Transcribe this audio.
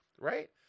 Right